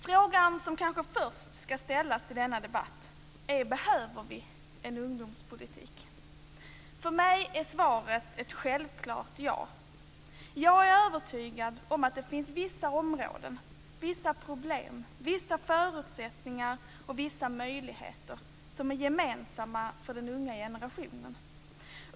Frågan som kanske först ska ställas i denna debatt är om det behövs en ungdomspolitik. För mig är svaret ett självklart ja. Jag är övertygad om att det finns vissa områden, vissa problem, vissa förutsättningar och vissa möjligheter som är gemensamma för den unga generationen.